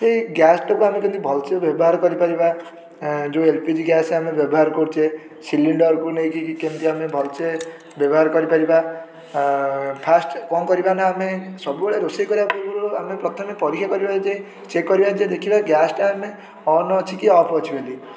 ଏଇ ଗ୍ୟାସ୍ଟାକୁ ଆମେ କେମିତି ଭଲସେ ବ୍ୟବହାର କରିପାରିବା ଏଁ ଯେଉଁ ଏଲ ପି ଜି ଗ୍ୟାସ୍ ଆମେ ବ୍ୟବହାର କରୁଛେ ସିଲିଣ୍ଡର୍କୁ ନେଇକି କେମିତି ଆମେ ଭଲସେ ବ୍ୟବହାର କରିପାରିବା ଫାଷ୍ଟ୍ କ'ଣ କରିବା ନା ଆମେ ସବୁବେଳେ ରୋଷେଇ କରିବା ପୂର୍ବରୁ ଆମେ ପ୍ରଥମେ ପରୀକ୍ଷା କରିବା ଯେ ଚେକ୍ କରିବା ଯେ ଦେଖିବା ଗ୍ୟାସ୍ଟା ଆମେ ଅନ୍ ଅଛି କି ଅଫ୍ ଅଛି ବୋଲି